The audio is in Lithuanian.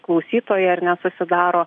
klausytojai ar ne susidaro